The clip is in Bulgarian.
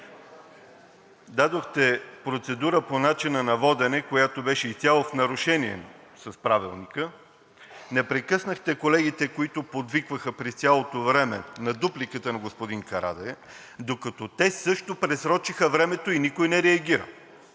дадохте процедура по начина на водене, която беше изцяло в нарушение на Правилника. Не прекъснахте колегите, които подвикваха през цялото време на дупликата на господин Карадайъ, докато те също просрочиха времето и никой не реагира.